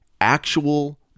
actual